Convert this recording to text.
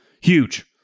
Huge